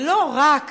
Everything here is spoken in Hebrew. ולא רק